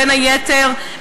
בין היתר,